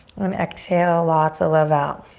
and exhale lots of love out.